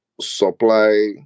supply